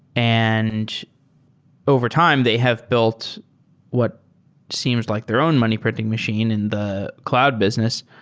and overtime they have built what seems like their own money printing machine in the cloud business.